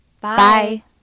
Bye